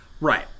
Right